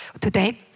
today